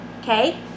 Okay